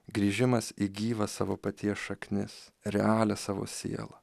grįžimas į gyvas savo paties šaknis realią savo sielą